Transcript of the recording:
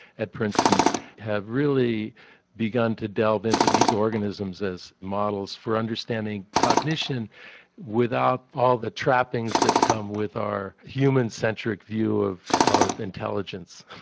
at princeton have really begun to delve into these organisms as models for understanding cognition without all the trappings that come with our human-centric view of of intelligence.